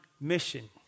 mission